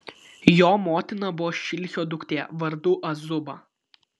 jo motina buvo šilhio duktė vardu azuba